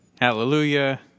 hallelujah